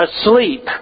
asleep